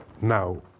now